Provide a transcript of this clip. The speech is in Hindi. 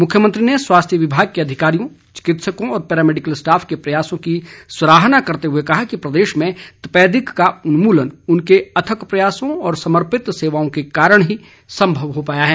मुख्यमंत्री ने स्वास्थ्य विभाग के अधिकारियों चिकित्सकों और पैरामेडिकल स्टाफ के प्रयासों की सराहना करते हुए कहा कि प्रदेश में तपेदिक का उन्मूलन उनके अथक प्रयासों और समर्पित सेवाओं के कारण ही सम्भव हो पाया है